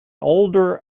older